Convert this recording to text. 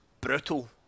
brutal